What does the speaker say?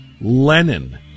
Lenin